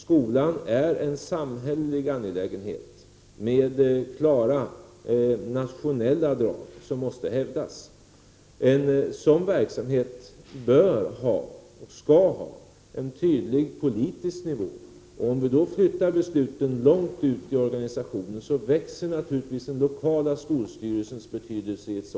Skolan är en samhällelig angelägenhet med klara nationella drag, som måste hävdas. En sådan verksamhet bör — och skall — ha en tydlig politisk nivå. Om vi då flyttar besluten långt ut i organisationen, så växer naturligtvis den lokala skolstyrelsens betydelse.